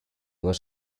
was